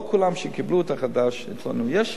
לא כולם, כאשר קיבלו את החומר החדש, אצלנו יש,